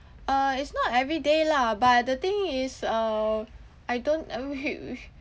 uh it's not everyday lah but the thing is uh I don't uh